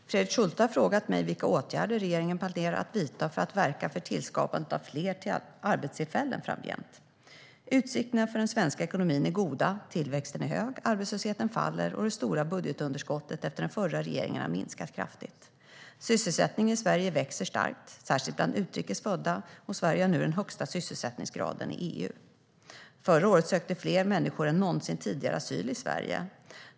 Herr talman! Fredrik Schulte har frågat mig vilka åtgärder regeringen planerar att vidta för att verka för tillskapandet av fler arbetstillfällen framgent. Utsikterna för den svenska ekonomin är goda. Tillväxten är hög, arbetslösheten faller och det stora budgetunderskottet efter den förra regeringen har minskat kraftigt. Sysselsättningen i Sverige växer starkt, särskilt bland utrikes födda, och Sverige har nu den högsta sysselsättningsgraden i EU. Förra året sökte fler människor än någonsin tidigare asyl i Sverige.